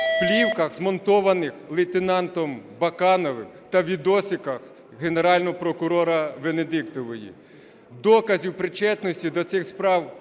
плівках, змонтованих лейтенантом Бакановим, та "відосиках" Генерального прокурора Венедіктової. Доказів причетності до цих справ